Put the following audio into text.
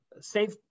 safe